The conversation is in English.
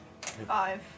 Five